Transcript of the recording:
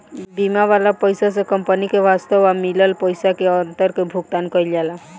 बीमा वाला पइसा से कंपनी के वास्तव आ मिलल पइसा के अंतर के भुगतान कईल जाला